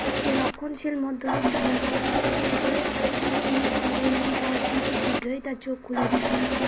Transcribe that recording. একটি রক্ষণশীল মধ্যবিত্ত পট্টভূমি থেকে এসে সিট্ণির জীবন এবং সংস্কৃতির শীঘ্রই তার চোখ খুলে দেয়